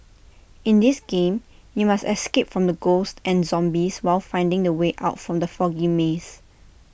in this game you must escape from the ghosts and zombies while finding the way out from the foggy maze